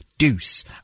deuce